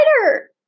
writer